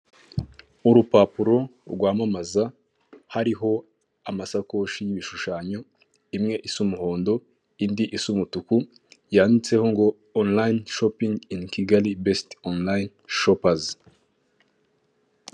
Urupapuro rwamamaza hariho amasakoshi y'ibishushanyo imwe isa umuhondo indi isu umutuku yanditseho ngo onorayini shopingi, ini kigali besite onorayini shopazi.